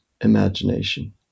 imagination